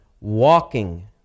walking